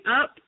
up